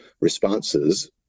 responses